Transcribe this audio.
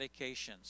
medications